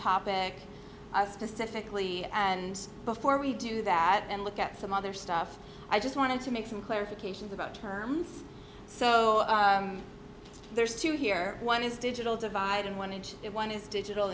topic specifically and before we do that and look at some other stuff i just wanted to make some clarifications about terms so there's two here one is digital divide and one and one is digital